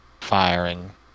firing